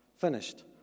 Finished